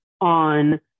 on